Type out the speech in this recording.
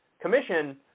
Commission